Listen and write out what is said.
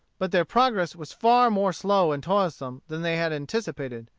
but their progress was far more slow and toilsome than they had anticipated.